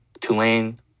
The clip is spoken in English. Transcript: Tulane